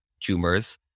tumors